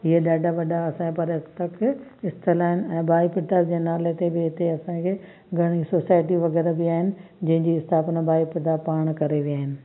इहे ॾाढा वॾा असांजा पर्यटक स्थल आहिनि ऐं भाई प्रताप जे नाले बि हिते असांखे घणेई सोसाइटी वग़ैरह बि आहिनि जंहिंजी स्थापना भाई प्रताप पाण करे विया आहिनि